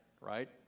right